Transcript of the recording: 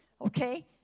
Okay